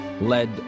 led